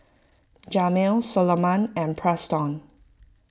Jamel Soloman and Preston